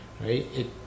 right